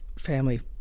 family